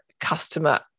customer